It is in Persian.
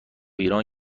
ایران